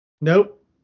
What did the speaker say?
Nope